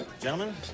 gentlemen